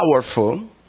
powerful